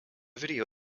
video